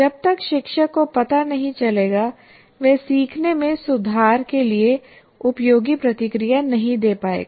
जब तक शिक्षक को पता नहीं चलेगा वह सीखने में सुधार के लिए उपयोगी प्रतिक्रिया नहीं दे पाएगा